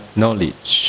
knowledge